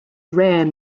rare